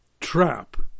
trap